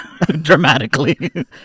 dramatically